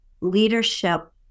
leadership